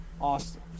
Awesome